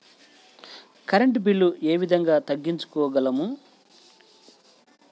Current bill ఏ విధంగా తగ్గించుకోగలము?